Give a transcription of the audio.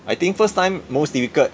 I think first time most difficult